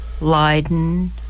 Leiden